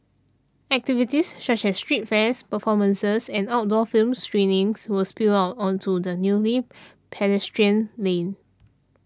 activities such as street fairs performances and outdoor film screenings will spill out onto the newly pedestrian lane